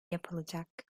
yapılacak